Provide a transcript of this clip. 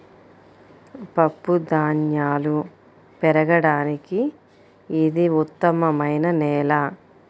పప్పుధాన్యాలు పెరగడానికి ఇది ఉత్తమమైన నేల